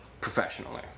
professionally